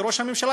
וראש הממשלה,